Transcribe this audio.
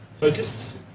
Focus